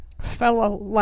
fellow